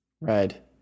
Red